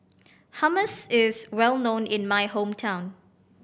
hummus is well known in my hometown